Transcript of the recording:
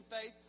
faith